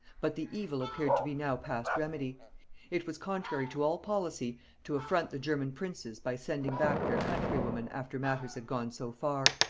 but the evil appeared to be now past remedy it was contrary to all policy to affront the german princes by sending back their countrywoman after matters had gone so far,